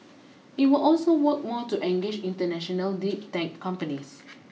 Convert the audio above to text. it will also work more to engage international deep tech companies